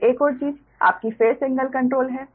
अब एक और चीज आपकी फेस एंगल कंट्रोल है